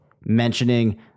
mentioning